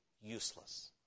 useless